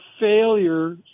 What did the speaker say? failure